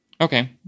Okay